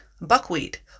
buckwheat